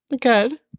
good